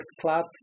club